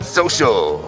social